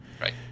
right